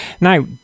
Now